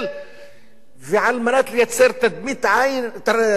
ועל מנת לייצר מראית עין של